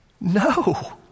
No